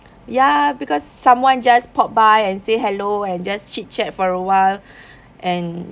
ya because someone just pop by and say hello and just chit chat for awhile and